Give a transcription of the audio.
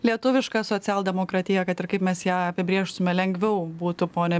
lietuviška socialdemokratija kad ir kaip mes ją apibrėžtume lengviau būtų pone